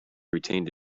retained